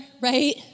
Right